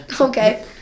Okay